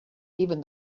even